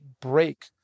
break